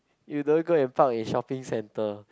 you don't go and park in shopping center